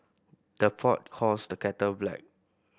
the pot calls the kettle black